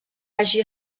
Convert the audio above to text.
hagi